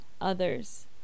others